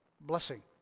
blessing